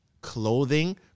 clothing